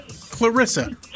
Clarissa